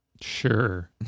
Sure